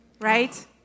right